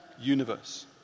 universe